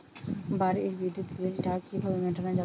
বাড়ির বিদ্যুৎ বিল টা কিভাবে মেটানো যাবে?